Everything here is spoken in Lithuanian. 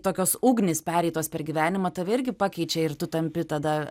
tokios ugnys pereitos per gyvenimą tave irgi pakeičia ir tu tampi tada